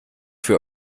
für